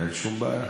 אין שום בעיה.